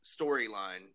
storyline